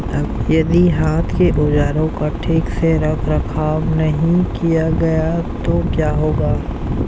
यदि हाथ के औजारों का ठीक से रखरखाव नहीं किया गया तो क्या होगा?